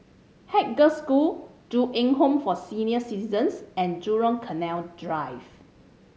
Haig Girls' School Ju Eng Home for Senior Citizens and Jurong Canal Drive